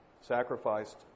sacrificed